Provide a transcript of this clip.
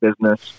business